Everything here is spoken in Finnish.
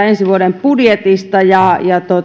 ensi vuoden budjetista ja ja